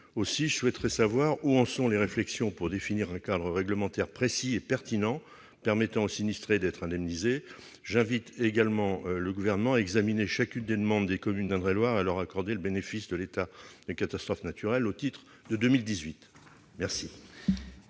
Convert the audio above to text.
Aussi, je souhaiterais savoir où en sont les réflexions pour définir un cadre réglementaire précis et pertinent permettant aux sinistrés d'être indemnisés. J'invite également le Gouvernement à examiner chacune des demandes des communes d'Indre-et-Loire et à leur accorder le bénéfice de l'état de catastrophe naturelle au titre de 2018. La